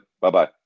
Bye-bye